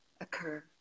occur